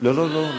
לא לא לא,